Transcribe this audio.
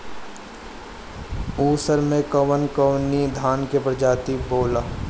उसर मै कवन कवनि धान के प्रजाति बोआला?